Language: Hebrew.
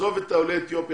עזוב את עולי אתיופיה,